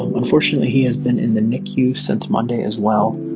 unfortunately, he has been in the nicu since monday as well.